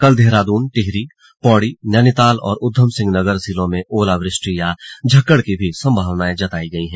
कल देहरादून टिहरी पौड़ी नैनीताल और उधम सिंह नगर जिलों में ओलावृष्टि या झक्कड़ की भी संभावना जताई गई है